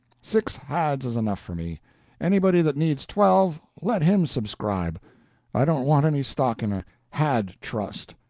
six hads is enough for me anybody that needs twelve, let him subscribe i don't want any stock in a had trust.